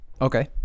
Okay